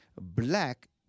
Black